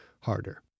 harder